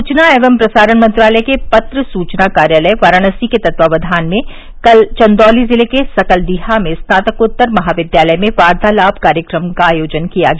सूचना एवं प्रसारण मंत्रालय के पत्र सूचना कार्यालय वाराणसी के तत्वावधान में कल चंदौली जिले के सकलडीहा में स्नातकोत्तर महाविद्यालय में वार्तालाप कार्यक्रम का आयोजन ैंकिया गया